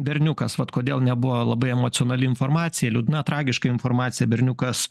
berniukas vat kodėl nebuvo labai emocionali informacija liūdna tragiška informacija berniukas